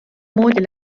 moodi